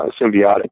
symbiotic